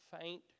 faint